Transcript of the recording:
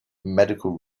medical